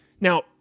Now